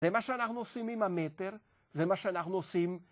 זה מה שאנחנו עושים עם המטר, זה מה שאנחנו עושים...